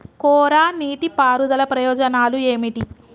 కోరా నీటి పారుదల ప్రయోజనాలు ఏమిటి?